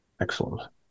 Excellent